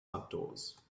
outdoors